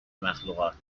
مخلوقات